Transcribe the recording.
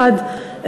אחד,